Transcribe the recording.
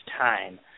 time